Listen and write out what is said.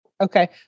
Okay